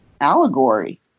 allegory